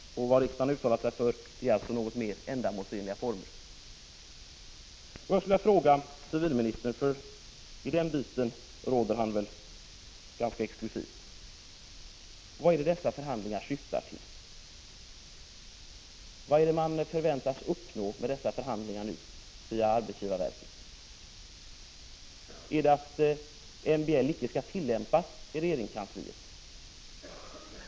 Vad riksdagen har uttalat sig för är alltså något mera ändamålsenliga former. ganska exklusivt: Vad syftar de aktuella förhandlingarna till? Vad förväntas man uppnå med de förhandlingar som sker via arbetsgivarverket? Syftar förhandlingarna till att MBL icke skall tillämpas i regeringskansliet?